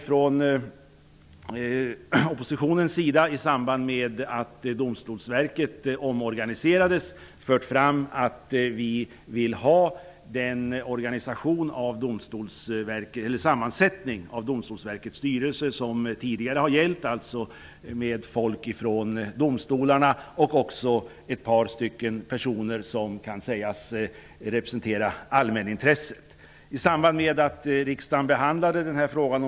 Från oppositionens sida, i samband med att Domstolsverket omorganiserades, har vi fört fram att vi vill ha den sammansättning av med folk från domstolarna och med ett par personer som kan sägas representera allmänintresset.